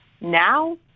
now